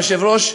היושב-ראש,